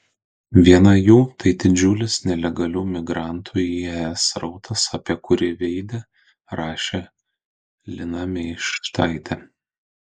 viena jų tai didžiulis nelegalių migrantų į es srautas apie kurį veide rašė lina meištaitė